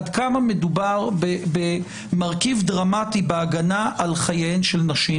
עד כמה מדובר במרכיב דרמטי בהגנה על חייהן של נשים,